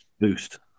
Boost